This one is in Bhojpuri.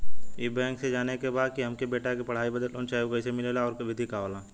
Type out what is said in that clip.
ई बैंक से जाने के बा की हमे अपने बेटा के पढ़ाई बदे लोन चाही ऊ कैसे मिलेला और का विधि होला?